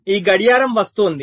ఈ గడియారం వస్తోంది